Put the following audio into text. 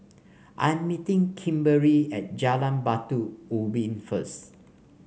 I'm meeting Kimberley at Jalan Batu Ubin first